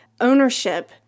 ownership